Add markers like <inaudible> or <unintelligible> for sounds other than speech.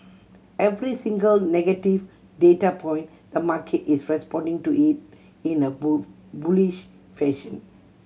every single negative data point the market is responding to it in a <unintelligible> bullish fashion